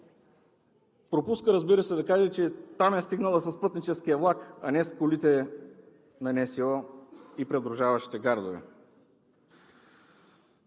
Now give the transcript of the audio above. Пропуска, разбира се, да каже, че там е стигнала с пътническия влак, а не с колите на НСО и придружаващите я гардове.